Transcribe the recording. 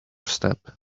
step